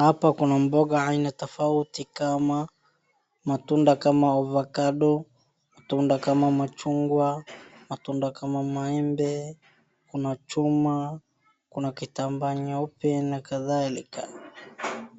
Hapa kuna mboga aina tofauti kama, matunda kama avokado, matunda kama machungwa, matunda kama maembe, kuna chuma, kuna kitambaa nyeupe na kadhalika.